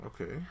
Okay